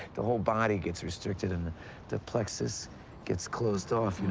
the whole body gets restricted, and the plexus gets closed off,